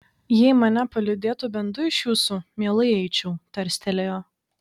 jei mane palydėtų bent du iš jūsų mielai eičiau tarstelėjo